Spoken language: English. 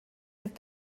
have